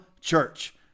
church